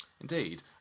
Indeed